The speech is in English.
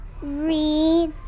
Read